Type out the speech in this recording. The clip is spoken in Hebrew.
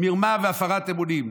מרמה והפרת אמונים.